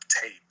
tape